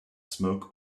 smoke